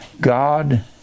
God